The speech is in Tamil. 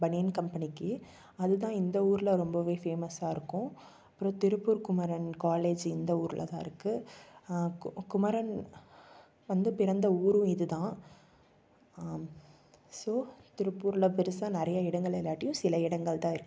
பனியன் கம்பெனிக்கு அதுதான் இந்த ஊரில் ரொம்பவே ஃபேமஸாக இருக்கும் அப்புறம் திருப்பூர் குமரன் காலேஜி இந்த ஊரில்தான் இருக்குது குமரன் வந்து பிறந்த ஊரும் இதுதான் ஸோ திருப்பூரில் பெருசாக நிறையா இடங்கள் இல்லாட்டியும் சில இடங்கள் தான் இருக்குது